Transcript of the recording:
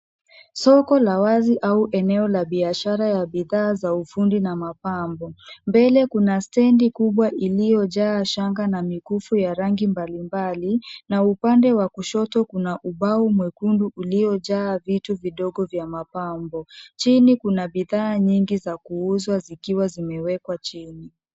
Soko la wazi au eneo la biashara ya bidhaa za ufundi na mapambo. Mbele kuna stendi kubwa iliyo jaa shanga na mikufu ya rangi mbalimbali na upande wa kushoto kuna ubao mwekundu ulio jaa vitu vidogo vya mapambo. Chini kuna bidhaa nyingi za kuuzwa zikiwa zimewekwa chini.